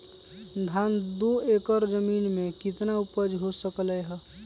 धान दो एकर जमीन में कितना उपज हो सकलेय ह?